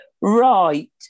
Right